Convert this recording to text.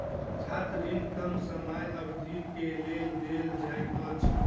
छात्र ऋण कम समय अवधि के लेल देल जाइत अछि